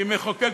כי מחוקק